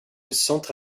centre